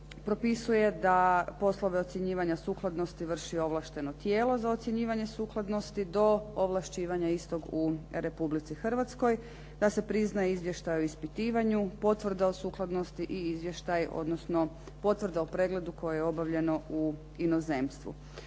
propisuje da poslove ocjenjivanja sukladnosti vrši ovlašteno tijelo za ocjenjivanje sukladnosti do ovlašćivanja istog u Republici Hrvatskoj, da se priznaje izvještaj o ispitivanju, potvrda o sukladnosti i izvještaj, odnosno potvrda o pregledu koji je obavljen u inozemstvu.